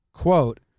Quote